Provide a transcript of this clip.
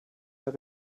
mehr